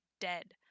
dead